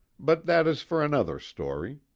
but that is for another story.